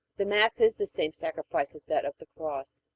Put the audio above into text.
the mass is the same sacrifice as that of the cross.